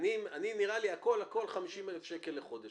נראה לי שהכול הכול 50,000 שקל לחודש,